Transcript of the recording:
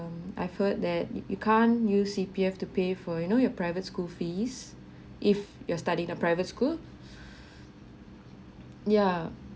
mm I've heard that you can't use C_P_F to pay for you know your private school fees if you're study in a private school yeah